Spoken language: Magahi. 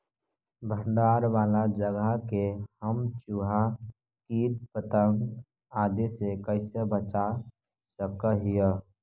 भंडार वाला जगह के हम चुहा, किट पतंग, आदि से कैसे बचा सक हिय?